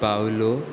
पावलो